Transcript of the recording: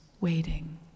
waiting